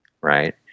right